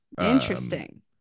Interesting